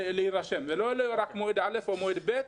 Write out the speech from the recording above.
להירשם למלגה ולא רק במועד א' או מועד ב'.